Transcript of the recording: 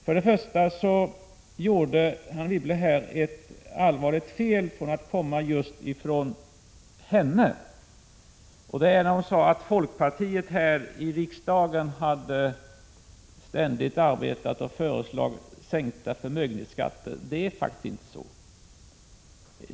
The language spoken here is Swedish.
10 november 1986 Anne Wibble gjorde här ett allvarligt fel, för att komma ifrån henne. Hon = Ada oe sade nämligen att folkpartiet här i riksdagen ständigt hade arbetat för och lagt fram förslag om sänkta förmögenhetsskatter. Det är faktiskt inte så.